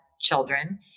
children